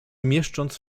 mieszcząc